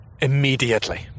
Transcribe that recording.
immediately